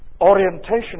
orientation